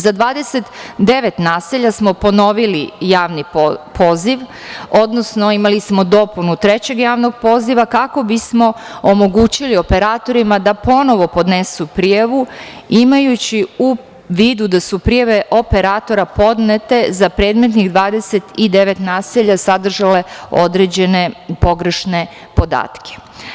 Za 29 naselja smo ponovili javni poziv, odnosno imali smo dopunu trećeg javnog poziva kako bi smo omogućili operatorima da ponovo podnesu prijavu imajući u vidu da su prijave operatora podnete za predmetnih 29 naselja sadržale određene pogrešne podatke.